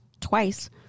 twice